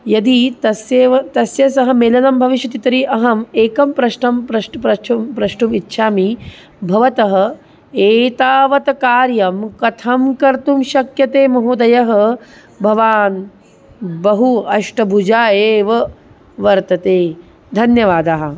यदि तस्येव तस्य सह मेलनं भविष्यति तर्हि अहम् एकं प्रश्नं प्रष्टुं प्रष्टुं इच्छामि भवतः एतावत् कार्यं कथं कर्तुं शक्यते महोदयः भवान् बहु अष्टबुजः एव वर्तते धन्यवादाः